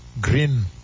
Green